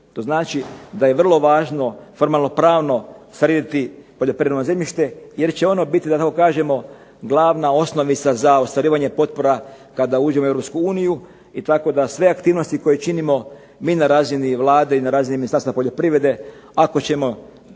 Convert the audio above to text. To znači da je vrlo važno formalno-pravno srediti poljoprivredno zemljište jer će ono biti, da tako kažemo, glavna osnovica za ostvarivanje potpora kada uđemo u Europsku uniju. Tako da sve aktivnosti koje činimo mi na razini Vlade i na razini Ministarstva poljoprivrede, ako ćemo